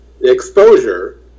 exposure